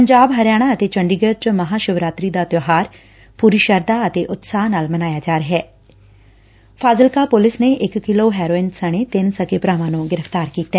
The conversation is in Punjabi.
ਪੰਜਾਬ ਹਰਿਆਣਾ ਤੇ ਚੰਡੀਗੜ੍ਹ ਚ ਮਹਾ ਸ਼ਿਵਰਾਤਰੀ ਦਾ ਤਿਉਹਾਰ ਪੂਰੀ ਸ਼ਰਧਾ ਤੇ ਉਤਸ਼ਾਹ ਨਾਲ ਮਨਾਇਆ ਜਾ ਫਾਜ਼ਿਲਕਾ ਪੁਲਿਸ ਨੇ ਇਕ ਕਿਲੋ ਹੈਰੋਇਨ ਸਣੇ ਤਿੰਨ ਸਕੇ ਭਰਾਵਾਂ ਨੂੰ ਗ੍ਰਿਫਤਾਰ ਕੀਤੈ